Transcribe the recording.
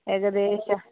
ഏകദേശം